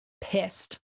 pissed